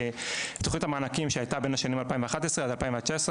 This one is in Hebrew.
בתוכנית המענקים שהייתה בין השנים 2011 עד 2019,